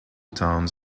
towns